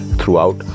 throughout